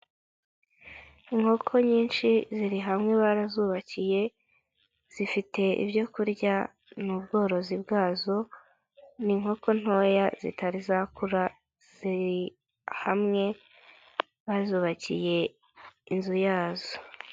Inkoko nyinshi ziri hamwe barazubakiye, zifite ibyo kurya ni ubworozi bwazo, ni inkoko ntoya zitari zakura ziri hamwe bazubakiye inzu yazo.